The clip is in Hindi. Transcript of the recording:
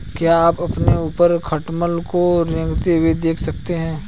क्या आप अपने ऊपर खटमल को रेंगते हुए देख सकते हैं?